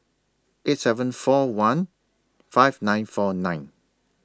eight seven four one five nine four nine